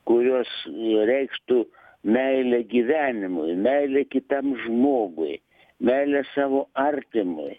kurios reikštų meilę gyvenimui meilę kitam žmogui meilę savo artimui